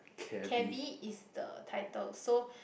Cabbie is the title so